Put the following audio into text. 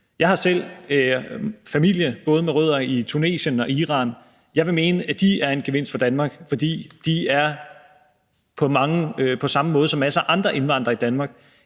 Jeg har selv familie både med rødder i Tunesien og Iran, og jeg vil mene, at de er en gevinst for Danmark, fordi de på samme måde som masser af andre indvandrere i Danmark